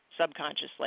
subconsciously